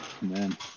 man